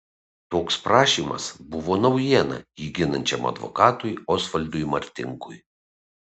toks prašymas buvo naujiena jį ginančiam advokatui osvaldui martinkui